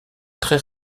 très